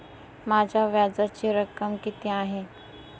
माझ्या व्याजाची रक्कम किती आहे?